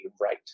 right